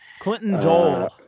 Clinton-Dole